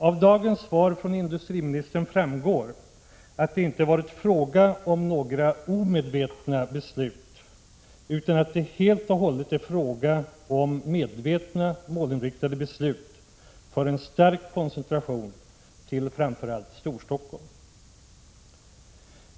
Av dagens svar från industriministern framgår att det inte varit fråga om några omedvetna beslut utan att det helt och hållet är fråga om medvetna målinriktade beslut för en stark koncentration till framför allt Storstockholm.